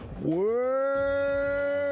world